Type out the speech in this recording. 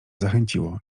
zachęciło